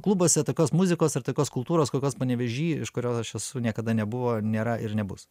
klubuose tokios muzikos ir tokios kultūros kokios panevėžy iš kurio aš esu niekada nebuvo nėra ir nebus